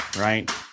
right